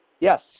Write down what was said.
Yes